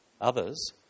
Others